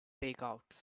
takeouts